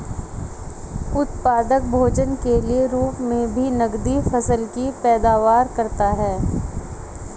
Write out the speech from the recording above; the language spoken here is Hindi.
उत्पादक भोजन के रूप मे भी नकदी फसल की पैदावार करता है